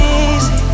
easy